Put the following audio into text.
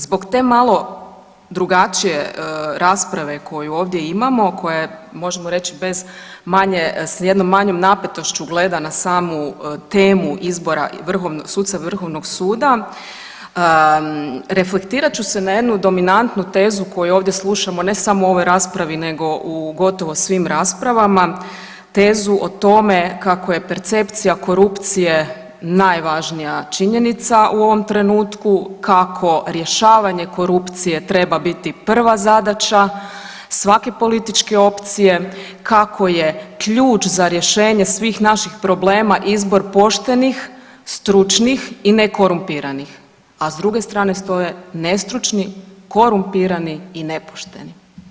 Zbog te malo drugačije rasprave koju ovdje imamo, koja je možemo reći bez manje, s jednom manjom napetošću gleda na samu temu izbora suca vrhovnog suda reflektirat ću se na jednu dominantnu tezu koju ovdje slušamo ne samo u ovoj raspravi nego u gotovo svim raspravama, tezu o tome kako je percepcija korupcije najvažnija činjenica u ovom trenutku, kako rješavanje korupcije treba biti prva zadaća svake političke opcije, kako je ključ za rješenje svih naših problema izbor poštenih, stručnih i nekorumpiranih, a s druge strane stoje nestručni, korumpirani i nepošteni.